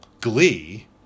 glee